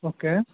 okay